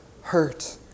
hurt